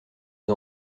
des